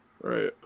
Right